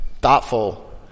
thoughtful